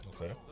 Okay